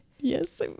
yes